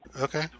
Okay